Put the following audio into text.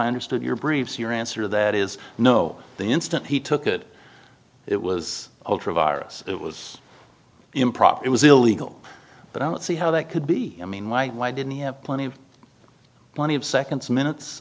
i understood your briefs your answer that is no the instant he took it it was ultra virus it was improper it was illegal but i don't see how that could be mean like why didn't he have plenty plenty of seconds minutes